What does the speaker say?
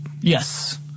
Yes